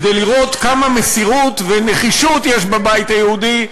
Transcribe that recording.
כדי להראות כמה מסירות ונחישות יש בבית היהודי,